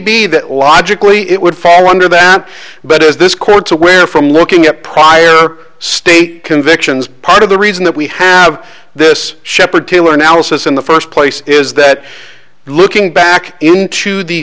be that logically it would fall under that but as this court's aware from looking at prior state convictions part of the reason that we have this shepherd taylor analysis in the first place is that looking back into the